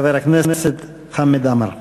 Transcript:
חבר הכנסת חמד עמאר.